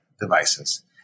devices